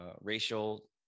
racial